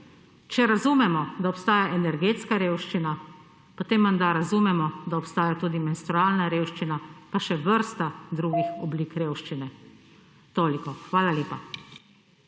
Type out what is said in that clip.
Če razumemo, da obstaja energetska revščina, potem menda razumemo, da obstaja tudi menstrualna revščina pa še vrsta drugih oblik revščine. Toliko. Hvala lepa.